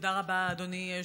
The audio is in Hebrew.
תודה רבה, אדוני היושב-ראש.